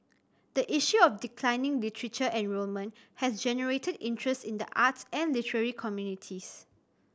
the issue of declining literature enrolment has generated interest in the arts and literary communities